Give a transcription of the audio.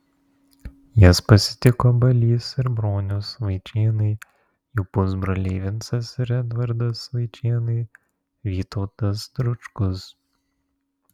jas pasitiko balys ir bronius vaičėnai jų pusbroliai vincas ir edvardas vaičėnai vytautas dručkus